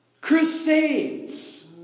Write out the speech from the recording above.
Crusades